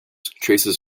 traces